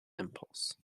impulse